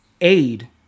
aid